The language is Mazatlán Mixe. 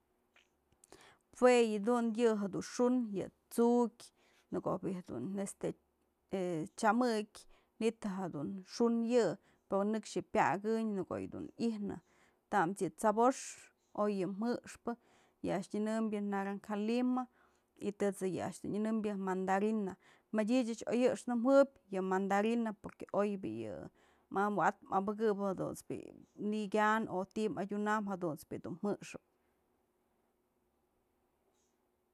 Jue yë dun yë jedun xu'un yë tsu'ukyë në ko'o bi'i jedun este chyamëk xu'unë yë pero nëkx yë pyakënyë në ko'o yë dun i'ijnë, tams yë t'sëbox oy yë jëxpë yë a'ax yë nyanëmbyë naranja lima y tët's yë a'ax nyënëmbyë mandarina, mëdyë ëch oy jëxnë juëbyë yë mandarina porque oy bi'i yë më'awat më'ëbëkëp jadunt's bi'i ni'iy kyan o ti'i mëdyunam jadunt's bi'i du jëxëp.